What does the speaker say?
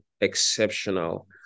exceptional